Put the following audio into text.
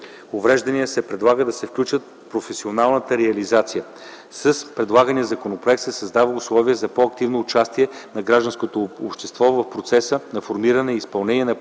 увреждания, се предлага да се включи и професионалната реализация. С предлагания законопроект се създават условия за по-активно участие на гражданското общество в процеса на формиране и изпълнение на политиката